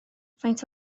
faint